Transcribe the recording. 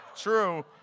true